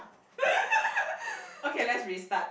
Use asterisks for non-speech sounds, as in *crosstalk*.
*noise* okay let's restart